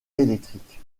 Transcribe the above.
électrique